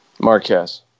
Marquez